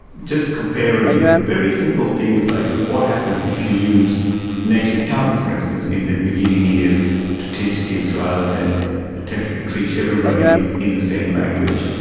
just comparing very simple things like like what happens if you use native tongue, for instance, in the beginning years to teach kids rather than attempting to teach everybody in the same language.